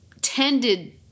tended